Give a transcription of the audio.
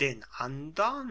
den andern